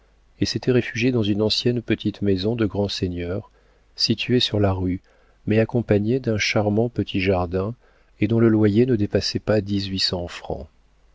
et s'était réfugiée dans une ancienne petite maison de grand seigneur située sur la rue mais accompagnée d'un charmant petit jardin et dont le loyer ne dépassait pas